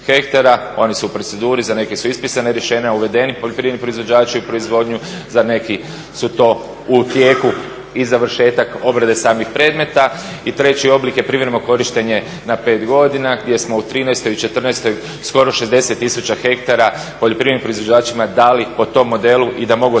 Oni su u proceduri, za neke su ispisana rješenja, uvedeni poljoprivredni proizvođači u proizvodnju, za neki su to u tijeku i završetak obrade samih predmeta. I treći oblik je privremeno korištenje na 5 godina gdje smo u '13. i '14. skoro 60 tisuća hektara poljoprivrednim proizvođačima dali po tom modelu i da mogu